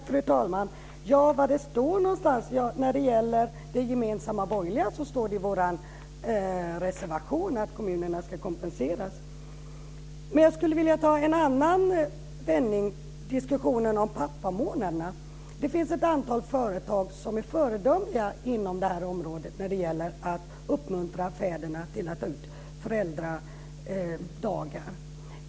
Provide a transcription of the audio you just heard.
Fru talman! Var det står någonstans, ja, när det gäller den gemensamma borgerliga ståndpunkten står det i vår reservation att kommunerna ska kompenseras. Men jag skulle ta upp en annan vändning, diskussionen om pappamånaderna. Det finns ett antal företag som är föredömliga när det gäller att uppmuntra fäderna att ta ut föräldradagar.